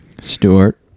Stewart